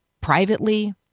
privately